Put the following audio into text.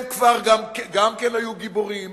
הם גם כן היו גיבורים